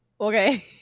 Okay